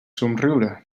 somriure